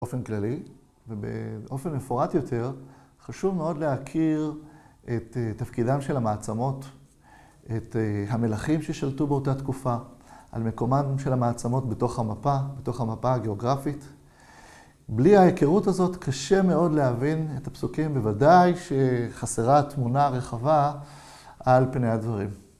באופן כללי, ובאופן מפורט יותר, חשוב מאוד להכיר את תפקידם של המעצמות, את המלכים ששלטו באותה תקופה, על מקומם של המעצמות בתוך המפה, בתוך המפה הגיאוגרפית. בלי ההיכרות הזאת קשה מאוד להבין את הפסוקים, ובוודאי שחסרה תמונה רחבה על פני הדברים.